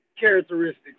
characteristics